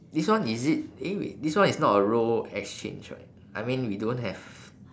this one is it eh wait this one is not a role exchange right I mean we don't have